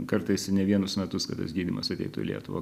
kartais ne vienus metus kad tas gydymas ateitų į lietuvą